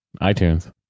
iTunes